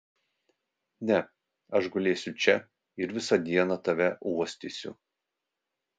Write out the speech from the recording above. ne aš gulėsiu čia ir visą dieną tave uostysiu